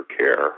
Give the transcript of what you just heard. care